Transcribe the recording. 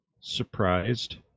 surprised